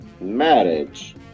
Marriage